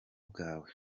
bwawe